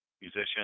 musician